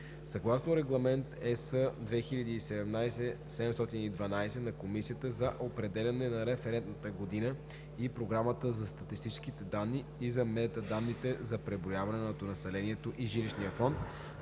Съгласно Регламент (ЕС) 2017/712 на Комисията за определяне на референтната година и програмата за статистическите данни и за метаданните за преброяването на населението и жилищния фонд,